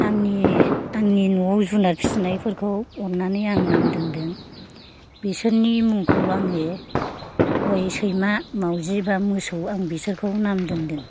आंनि आंनि न'आव जुनाद फिसिनायफोरखौ अननानै आं नाम दोन्दों बिसोरनि मुंखौ आङो हय सैमा मावजि बा मोसौ आं बिसोरखौ नाम दोन्दों